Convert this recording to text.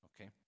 Okay